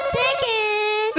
Chicken